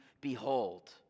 behold